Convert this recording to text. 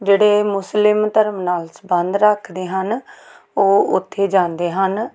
ਜਿਹੜੇ ਮੁਸਲਿਮ ਧਰਮ ਨਾਲ ਸਬੰਧ ਰੱਖਦੇ ਹਨ ਉਹ ਉੱਥੇ ਜਾਂਦੇ ਹਨ